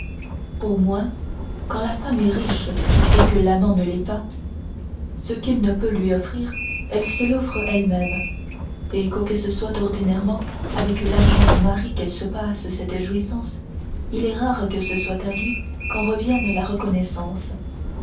au moins quand la femme est riche et que l'amant ne l'est pas ce qu'il ne peut lui offrir elle se l'offre elle-même et quoique ce soit ordinairement avec l'argent du mari qu'elle se passe cette jouissance il est rare que ce soit à lui qu'en revienne la reconnaissance